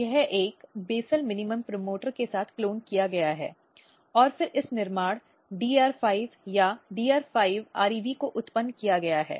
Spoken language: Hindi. तो यह एक बेसल न्यूनतम प्रमोटर के साथ क्लोन किया गया है और फिर इस निर्माण DR5 या DR5rev को उत्पन्न किया गया है